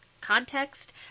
context